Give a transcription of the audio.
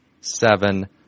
Seven